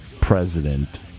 president